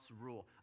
rule